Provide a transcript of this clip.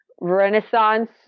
renaissance